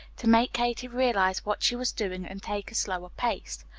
to make kate realized what she was doing and take a slower pace.